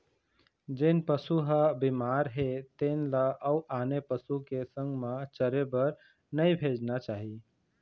जेन पशु ह बिमार हे तेन ल अउ आने पशु के संग म चरे बर नइ भेजना चाही